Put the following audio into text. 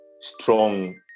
strong